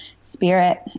spirit